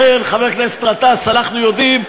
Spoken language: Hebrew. לכן, חבר הכנסת גטאס, אנחנו יודעים,